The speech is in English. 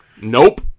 Nope